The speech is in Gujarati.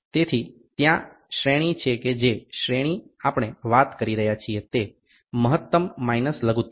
તેથી ત્યાં શ્રેણી છે કે જે શ્રેણી આપણે વાત કરી રહ્યા છીએ તે મહત્તમ માઇનસ લઘુત્તમ છે